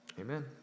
amen